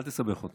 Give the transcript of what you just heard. ראשית,